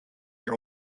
your